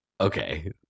Okay